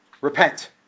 Repent